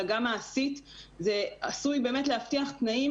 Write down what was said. אלא גם מעשית זה עשוי באמת להבטיח תנאים